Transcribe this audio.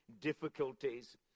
difficulties